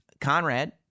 Conrad